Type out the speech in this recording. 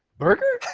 berger?